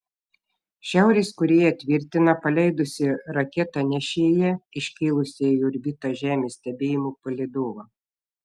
šiaurės korėja tvirtina paleidusi raketą nešėją iškėlusią į orbitą žemės stebėjimų palydovą